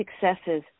successes